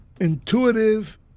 intuitive